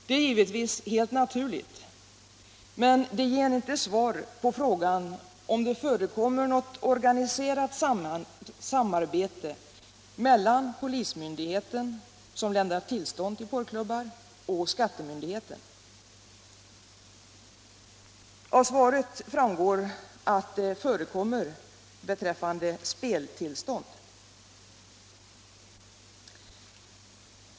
Det är givetvis helt naturligt, men det ger inte svar på frågan om det förekommer något organiserat samarbete mellan polismyndigheten, som lämnar tillstånd till porrklubbar, och skattemyndigheten. Av svaret framgår att det förekommer beträffande speltillstånd.